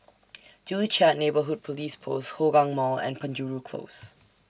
Joo Chiat Neighbourhood Police Post Hougang Mall and Penjuru Close